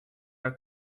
are